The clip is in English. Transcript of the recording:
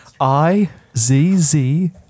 I-Z-Z